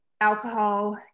alcohol